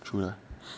住了